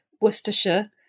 Worcestershire